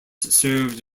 served